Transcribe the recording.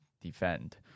defend